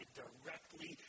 directly